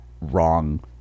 wrong